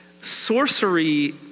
sorcery